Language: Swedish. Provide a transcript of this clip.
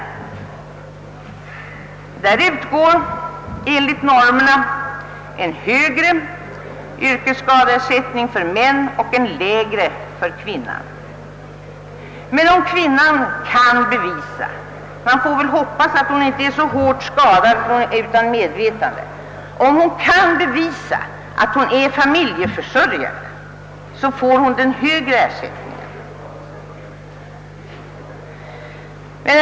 I denna försäkring utgår enligt normerna en högre ersättning för män och en lägre för kvinnor. Men om kvinnan kan bevisa — man får hoppas att hon inte är så svårt skadad, att hon inte är vid medvetande — att hon är familjeförsörjare, så får hon den högre ersättningen.